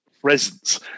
presence